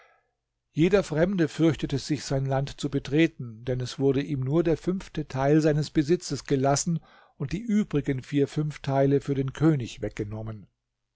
jeder fremde fürchtete sich sein land zu betreten denn es wurde ihm nur der fünfte teil seines besitzes gelassen und die übrigen vier fünfteile für den könig weggenommen